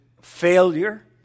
failure